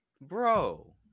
Bro